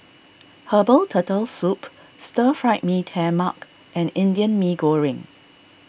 Herbal Turtle Soup Stir Fried Mee Tai Mak and Indian Mee Goreng